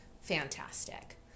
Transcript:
fantastic